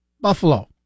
buffalo